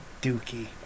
dookie